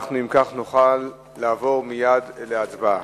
ואנחנו אם כך נוכל לעבור מייד להצבעה.